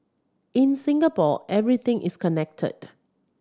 in Singapore everything is connected